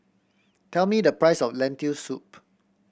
tell me the price of Lentil Soup